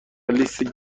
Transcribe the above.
لیست